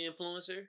influencer